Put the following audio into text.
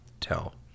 tell